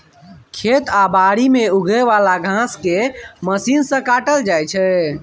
खेत आ बारी मे उगे बला घांस केँ मशीन सँ काटल जाइ छै